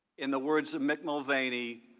in the words of mick mulvaney,